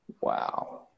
wow